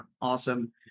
awesome